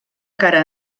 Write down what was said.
cara